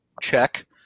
Check